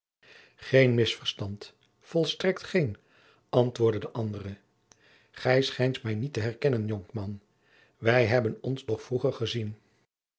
geen misverstand volstrekt geen antwoordde de andere gij schijnt mij niet te herkennen jonkman wij hebben ons toch vroeger gezien